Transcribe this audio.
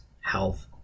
health